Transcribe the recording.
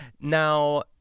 Now